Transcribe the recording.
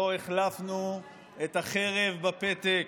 שבו החלפנו את החרב בפתק.